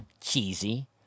cheesy